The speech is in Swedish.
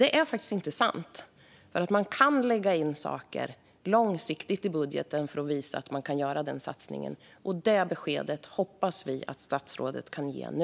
Det är faktiskt inte sant, för man kan lägga in saker långsiktigt i budgeten för att visa att man kan göra en satsning. Det beskedet hoppas vi att statsrådet kan ge nu.